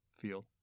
feel